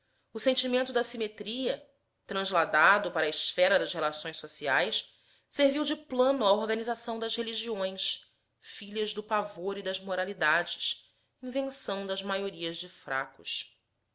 o sentimento da simetria trasladado para a esfera das relações sociais serviu de plano à organização das religiões filhas do pavor e das moralidades invenção das maiorias de fracos